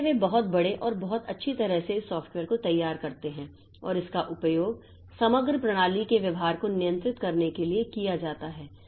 इसलिए वे बहुत बड़े और बहुत अच्छी तरह से इस सॉफ्टवेयर को तैयार करते हैं और इसका उपयोग समग्र प्रणाली के व्यवहार को नियंत्रित करने के लिए किया जाता है